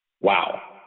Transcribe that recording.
Wow